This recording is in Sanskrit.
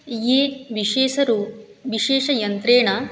ये विशेषरु विशेषयन्त्रेण